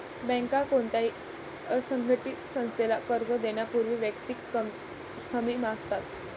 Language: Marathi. बँका कोणत्याही असंघटित संस्थेला कर्ज देण्यापूर्वी वैयक्तिक हमी मागतात